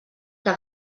que